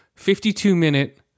52-minute